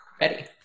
Ready